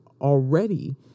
already